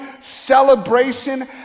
celebration